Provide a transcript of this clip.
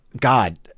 God